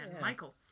michael